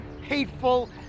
hateful